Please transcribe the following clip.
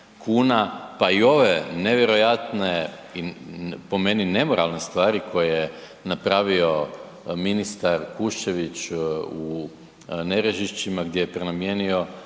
pa i ove nevjerojatne, po meni nemoralne stvari koje je napravio ministar Kuščević u Nerežišćima gdje je prenamijenio